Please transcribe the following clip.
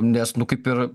nes nu kaip ir